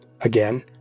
Again